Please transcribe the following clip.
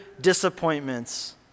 disappointments